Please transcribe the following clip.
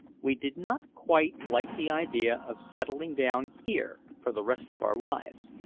we did not quite like the idea of settling down here for the rest of our lives,